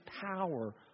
power